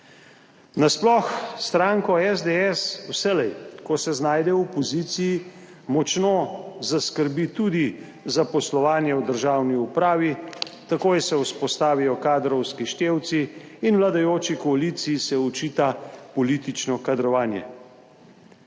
Nasploh stranko SDS vselej, ko se znajde v opoziciji, močno zaskrbi tudi zaposlovanje v državni upravi. Takoj se vzpostavijo kadrovski števci in vladajoči koaliciji se očita politično kadrovanje.